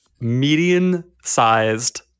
median-sized